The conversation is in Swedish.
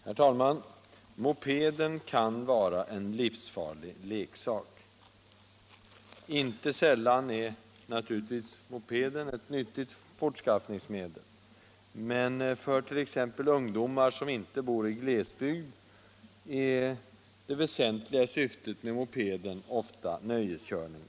Herr talman! Mopeden kan vara en livsfarlig leksak. Inte sällan är naturligtvis mopeden ett nyttigt fortskaffningsmedel, men för t.ex. ungdom som inte bor i glesbygd är det väsentliga syftet med mopeden nöjeskörning.